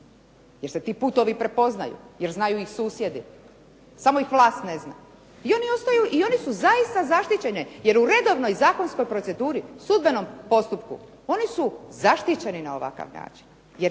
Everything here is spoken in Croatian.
Jer se ti putovi prepoznaju. Jer znaju ih susjedi. Samo ih vlast ne zna. I oni ostaju, i oni su zaista zaštićene, jer u redovnoj zakonskoj proceduri, sudbenom postupku oni su zaštićeni na ovakav način. Jer